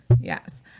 Yes